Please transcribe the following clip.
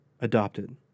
adopted